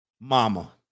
Mama